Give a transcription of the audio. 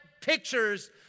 pictures